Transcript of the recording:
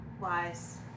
wise